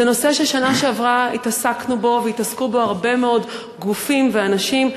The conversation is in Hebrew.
זה נושא שבשנה שעברה התעסקנו בו והתעסקו בו הרבה מאוד גופים ואנשים,